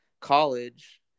college